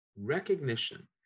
Recognition